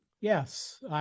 yes